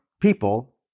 people